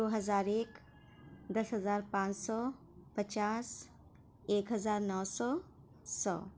دو ہزار ایک دس ہزار پانچ سو پچاس ایک ہزار نو سو سو